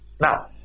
Now